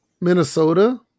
Minnesota